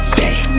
day